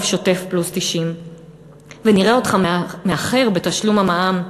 שוטף פלוס 90. ונראה אותך מאחר בתשלום המע"מ.